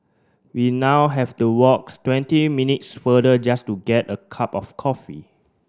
we now have to walk twenty minutes farther just to get a cup of coffee